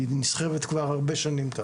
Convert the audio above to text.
היא נסחרת כבר הרבה שנים.